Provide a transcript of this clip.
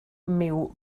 myw